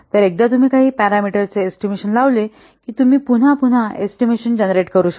तर एकदा तुम्ही काही पॅरामीटरचा एस्टिमेशन लावला की तुम्ही पुन्हा पुन्हा एस्टिमेशन जनरेट करू शकता